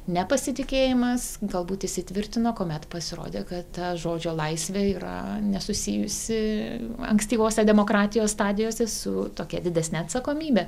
nepasitikėjimas galbūt įsitvirtino kuomet pasirodė kad ta žodžio laisvė yra nesusijusi ankstyvose demokratijos stadijose su tokia didesne atsakomybe